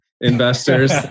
investors